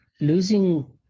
losing